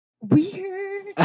weird